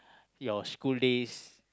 your school days